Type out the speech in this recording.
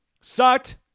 sucked